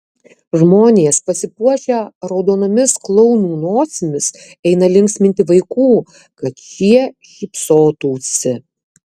žmonės pasipuošę raudonomis klounų nosimis eina linksminti vaikų kad šie šypsotųsi